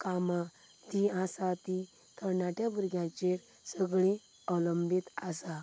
कामां जीं आसात तीं तरणाट्यां भुरग्यांचेर सगळीं अवलंबीत आसात